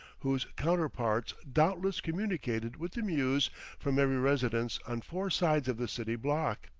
whose counterparts doubtless communicated with the mews from every residence on four sides of the city block?